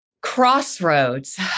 crossroads